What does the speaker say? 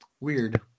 Weird